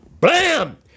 bam